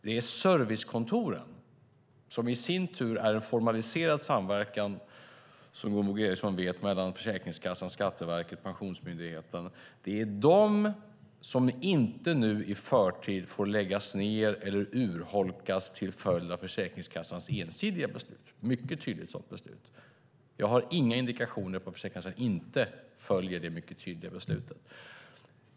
Det är servicekontoren, som är en formaliserad samverkan mellan Försäkringskassan, Skatteverket och Pensionsmyndigheten, som inte i förtid får läggas ned eller urholkas till följd av Försäkringskassans ensidiga beslut. Vårt beslut är mycket tydligt, och jag har inga indikationer på att Försäkringskassan inte följer det.